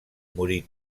morir